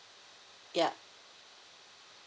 yup